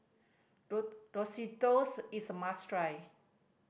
risottoes is a must try